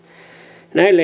näille